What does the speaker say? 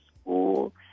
school